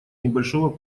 небольшого